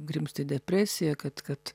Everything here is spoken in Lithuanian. grimzt į depresiją kad kad